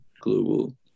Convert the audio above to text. global